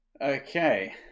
Okay